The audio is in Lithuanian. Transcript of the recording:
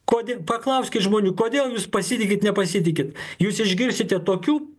kodė paklauskit žmonių kodėl jūs pasitikit nepasitikit jūs išgirsite tokių